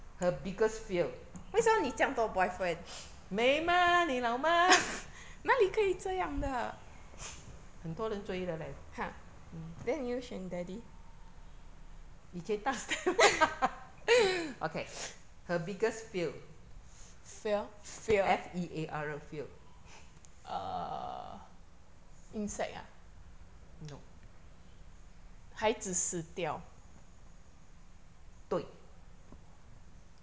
her biggest fear 美嘛你老妈很多人追的 leh mm 以前他帅 okay her biggest fear F E A R fear no 对